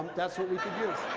that's what we could use.